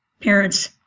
parents